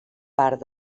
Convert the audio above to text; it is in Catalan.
part